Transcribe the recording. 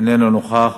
איננו נוכח.